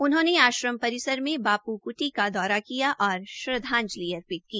उन्होंने आश्रम परिसर में बापू कुटी का दौरा किया और श्रद्वांजलि अर्पित की